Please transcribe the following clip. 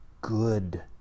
good